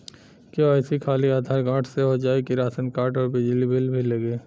KYC खाली Aadhaar card से हो जाए कि राशन कार्ड अउर बिजली बिल भी लगी?